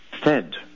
fed